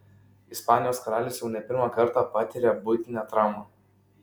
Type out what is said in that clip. ispanijos karalius jau ne pirmą kartą patiria buitinę traumą